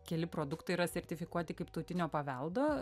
keli produktai yra sertifikuoti kaip tautinio paveldo